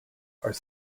are